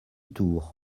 tour